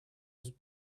was